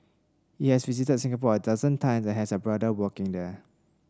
he has visited Singapore a dozen times and has a brother working there